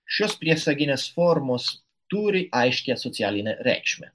šios priesaginės formos turi aiškią socialinę reikšmę